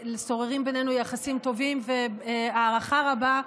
שוררים בינינו יחסים טובים והערכה רבה,